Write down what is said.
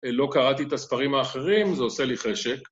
‫לא קראתי את הספרים האחרים, ‫זה עושה לי חשק.